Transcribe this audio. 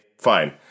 Fine